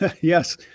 yes